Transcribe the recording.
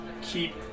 keep